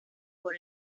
por